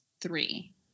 three